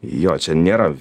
jo čia nėra